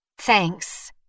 Thanks